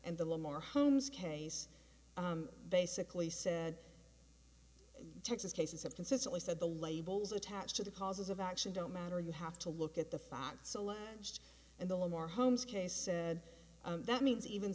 and a lot more homes case basically said texas cases have consistently said the labels attached to the causes of action don't matter you have to look at the fonts alleged and the more homes case said that means even